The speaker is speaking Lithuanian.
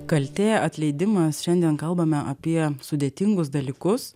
kaltė atleidimas šiandien kalbame apie sudėtingus dalykus